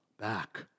back